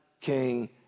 king